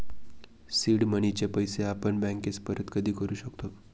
seed मनीचे पैसे आपण बँकेस परत कधी करू शकतो